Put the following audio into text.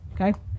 okay